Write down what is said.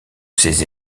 ses